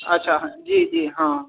अच्छा जी जी हाँ